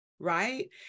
right